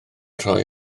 rhoi